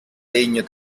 legno